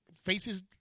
faces